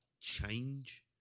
change